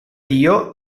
dio